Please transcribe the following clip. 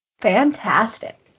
Fantastic